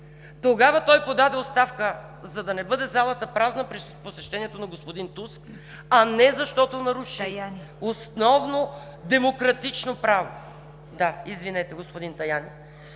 Тогава той подаде оставка, за да не бъде залата празна при посещението на господин Таяни, а не защото наруши основно демократично право – на свобода на